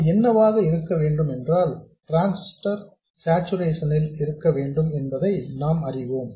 அது என்னவாக இருக்க வேண்டும் என்றால் டிரான்சிஸ்டர் சார்ச்சுரேசன் இல் இருக்க வேண்டும் என்பதை நாம் அறிவோம்